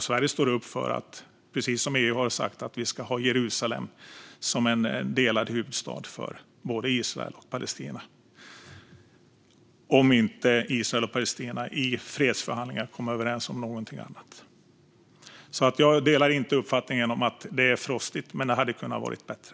Sverige står upp för att Jerusalem, precis som EU har sagt, ska vara en delad huvudstad för Israel och Palestina om inte Israel och Palestina i fredsförhandlingar kommer överens om någonting annat. Jag delar alltså inte uppfattningen att det är frostigt, men det hade kunnat vara bättre.